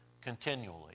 continually